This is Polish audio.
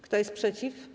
Kto jest przeciw?